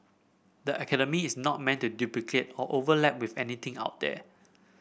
the academy is not meant to duplicate or overlap with anything out there